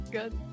Good